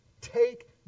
take